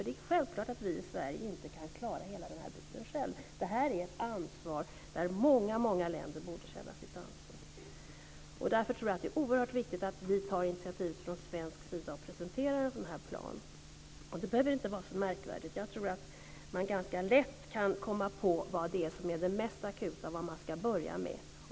Det är självklart att vi i Sverige inte kan klara hela den här biten själva, utan det här är en fråga där många länder borde känna sitt ansvar. Därför är det oerhört viktigt att vi från svensk sida tar initiativet och presenterar en sådan här plan. Det behöver inte vara så märkvärdigt. Jag tror att man ganska lätt kan komma på vad som är det mest akuta och vad man ska börja med.